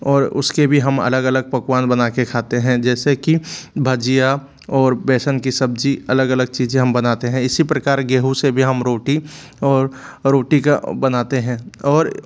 और उसके भी हम अलग अलग पकवान बनाके खाते हैं जैसे कि भजिया और बेसन की सब्जी अलग अलग चीज़ें हम बनाते हैं इसी प्रकार गेहूँ से भी हम रोटी और रोटी का बनाते हैं और